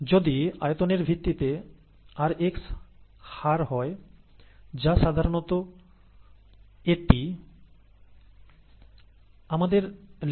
যদি আয়তনের ভিত্তিতে rx হার হয় যা সাধারণত এটি আমাদের লেখা দরকার rxV rg